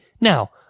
Now